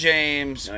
James